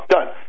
Done